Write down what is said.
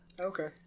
Okay